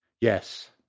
Yes